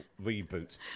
reboot